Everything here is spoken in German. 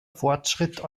fortschritt